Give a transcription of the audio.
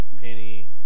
Penny